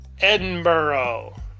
Edinburgh